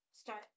start